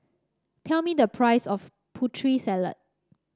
tell me the price of Putri Salad